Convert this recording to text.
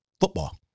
football